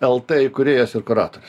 lt įkūrėjas ir kuratorius